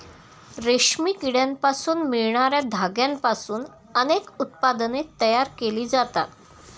रेशमी किड्यांपासून मिळणार्या धाग्यांपासून अनेक उत्पादने तयार केली जातात